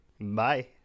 Bye